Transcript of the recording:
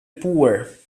poor